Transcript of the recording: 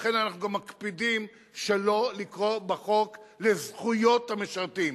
לכן אנחנו גם מקפידים שלא לקרוא בחוק "זכויות המשרתים".